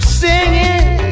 singing